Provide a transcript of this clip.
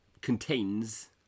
contains